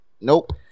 Nope